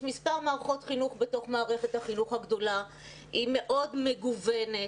יש מספר מערכות חינוך בתוך מערכת החינוך הגדולה והיא מאוד מגוונת.